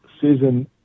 Susan